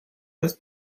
was